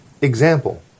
example